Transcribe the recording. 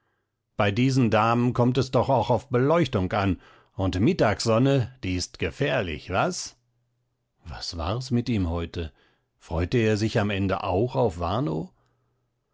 bei diesen damen kommt es doch auch auf beleuchtung an und mittagssonne die ist gefährlich was was war es mit ihm heute freute er sich am ende auch auf warnow